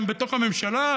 גם בתוך הממשלה,